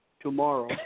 Tomorrow